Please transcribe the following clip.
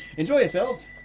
enjoy yourselves!